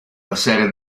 passare